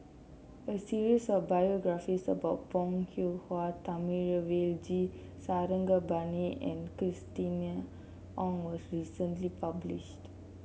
a series of biographies about Bong Hiong Hwa Thamizhavel G Sarangapani and Christina Ong was recently published